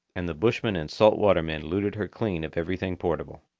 and the bushmen and salt-water men looted her clean of everything portable.